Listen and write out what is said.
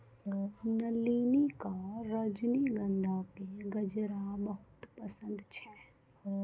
नलिनी कॅ रजनीगंधा के गजरा बहुत पसंद छै